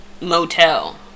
motel